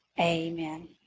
amen